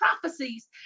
prophecies